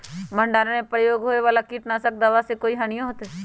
भंडारण में प्रयोग होए वाला किट नाशक दवा से कोई हानियों होतै?